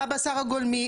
הבשר הגולמי.